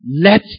Let